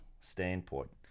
standpoint